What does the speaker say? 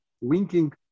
winking